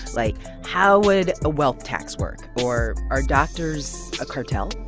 like how would a wealth tax work, or are doctors a cartel?